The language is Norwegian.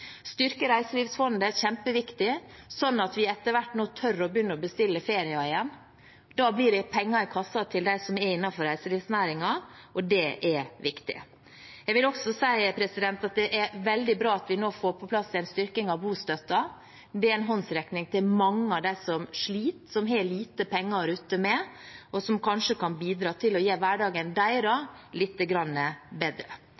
styrke reiselivsfondet er kjempeviktig, sånn at vi etter hvert nå tør å begynne å bestille ferier igjen. Da blir det penger i kassen til dem som er innenfor reiselivsnæringen, og det er viktig. Jeg vil også si at det er veldig bra at vi nå får på plass en styrking av bostøtten. Det er en håndsrekning til mange av dem som sliter, som har lite penger å rutte med, og noe som kanskje kan bidra til å gjøre hverdagen deres litt bedre.